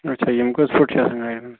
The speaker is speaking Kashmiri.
اَچھا یِم کٔژ فُٹ چھِ آسان گاڑِ منٛز